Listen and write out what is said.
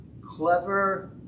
clever